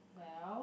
well